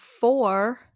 four